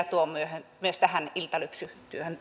tuo myös hyvää perspektiiviä tähän iltalypsytyöhön